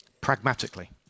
pragmatically